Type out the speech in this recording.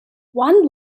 one